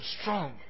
strong